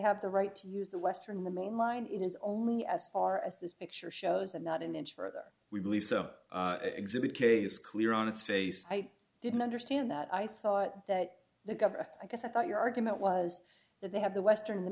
have the right to use the western the mind it is only as far as this picture shows and not an inch further we believe so exhibit case clear on its face i didn't understand i thought that the governor i guess i thought your argument was that they have the western the